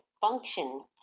function